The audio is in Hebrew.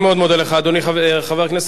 חבר הכנסת סעיד נפאע, בבקשה.